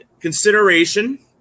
consideration